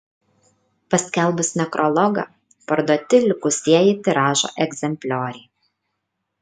paskelbus nekrologą parduoti likusieji tiražo egzemplioriai